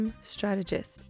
strategist